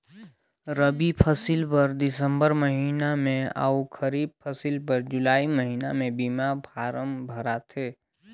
रबी फसिल बर दिसंबर महिना में अउ खरीब फसिल बर जुलाई महिना में बीमा फारम भराथे